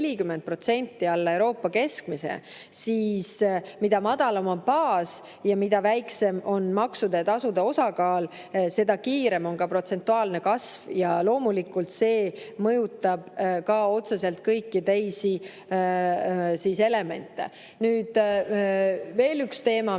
olnud 40% alla Euroopa keskmise, siis mida madalam on baas ja mida väiksem on maksude ja tasude osakaal, seda kiirem on protsentuaalne kasv. Loomulikult see mõjutab ka otseselt kõiki teisi elemente. Nüüd veel üks teema,